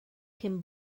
cyn